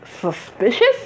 suspicious